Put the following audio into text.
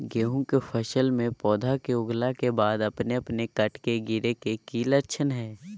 गेहूं के फसल में पौधा के उगला के बाद अपने अपने कट कट के गिरे के की लक्षण हय?